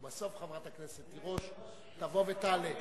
ובסוף חברת הכנסת תירוש תבוא ותעלה.